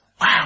wow